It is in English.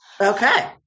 Okay